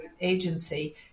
agency